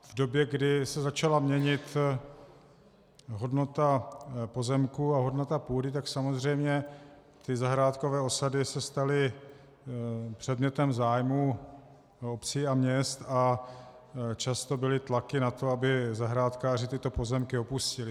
V době, kdy se začala měnit hodnota pozemků a hodnota půdy, tak samozřejmě zahrádkové osady se staly předmětem zájmu obcí a měst a často byly tlaky na to, aby zahrádkáři tyto pozemky opustili.